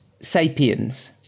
Sapiens